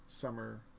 summer